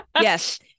yes